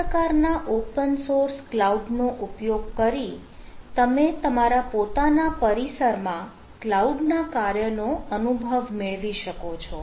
આ પ્રકારના open source cloud નો ઉપયોગ કરી તમે તમારા પોતાના પરિસરમાં ક્લાઉડ ના કાર્ય નો અનુભવ મેળવી શકો છો